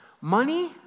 Money